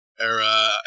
era